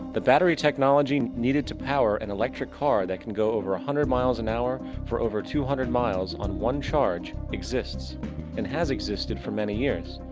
the battery technology needed to power an electric car that can go over a hundred miles and hour for over two hundred miles on one charge, exists and has existed for many years.